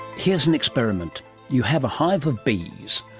here's an experiment you have a hive of bees,